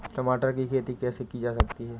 टमाटर की खेती कैसे की जा सकती है?